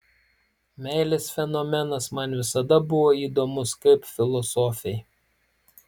meilės fenomenas man visada buvo įdomus kaip filosofei